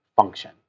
function